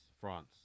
France